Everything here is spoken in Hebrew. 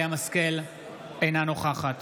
אינה נוכחת